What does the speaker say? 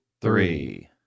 three